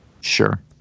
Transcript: Sure